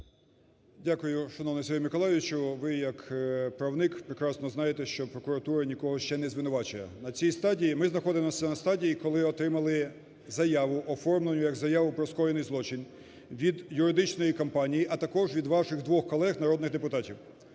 Дякую, шановний Сергію Миколайовичу! Ви як правник прекрасно знаєте, що прокуратура нікого ще не звинувачує. На цій стадії… Ми знаходимося на стадії, коли отримали заяву, оформлену як заяву про скоєний злочин від юридичної компанії, а також від ваших двох колег народних депутатів.